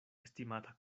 estimata